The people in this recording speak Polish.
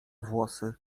włosy